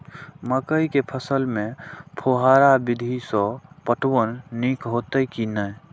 मकई के फसल में फुहारा विधि स पटवन नीक हेतै की नै?